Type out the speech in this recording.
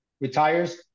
retires